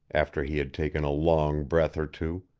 after he had taken a long breath or two.